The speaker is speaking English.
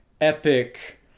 epic